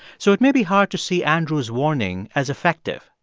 so it may be hard to see andrew's warning as effective.